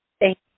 Thank